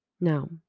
Now